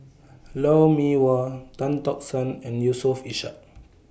Lou Mee Wah Tan Tock San and Yusof Ishak